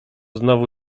znowu